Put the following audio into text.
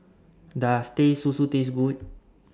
Does Teh Susu Taste Good